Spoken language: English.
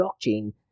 blockchain